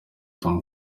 tom